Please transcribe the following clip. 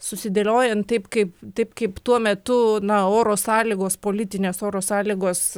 susidėliojant taip kaip taip kaip tuo metu na oro sąlygos politinės oro sąlygos